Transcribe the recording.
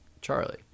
Charlie